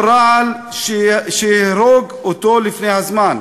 לירון מייד התנדבה: אני אתרום לו רעל שיהרוג אותו לפני הזמן.